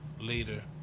later